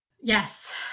Yes